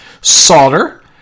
solder